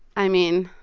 i mean.